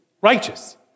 righteous